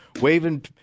waving